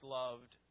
loved